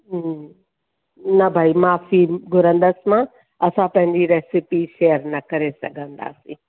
हूं न भई माफ़ी घुरंदसि मां असां पंहिंजी रेसिपी शेयर न करे सघंदासीं